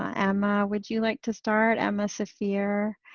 ah emma, would you like to start, emma sophia,